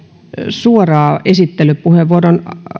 esittelypuheenvuoron